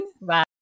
Bye